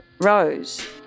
rose